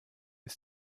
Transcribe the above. ist